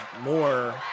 more